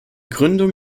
gründung